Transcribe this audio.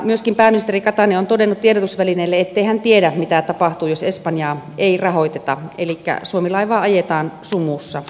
myöskin pääministeri katainen on todennut tiedotusvälineille ettei hän tiedä mitä tapahtuu jos espanjaa ei rahoiteta elikkä suomi laivaa ajetaan sumussa